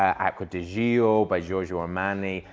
acqua di gio by giorgio armani.